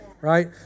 right